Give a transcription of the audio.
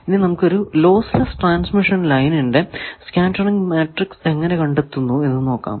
ഇനി നമുക്ക് ഒരു ലോസ് ലെസ്സ് ട്രാൻസ്മിഷൻ ലൈനിന്റെ സ്കേറ്ററിങ് മാട്രിക്സ് എങ്ങനെ കണ്ടെത്തുന്നു എന്ന് നോക്കാം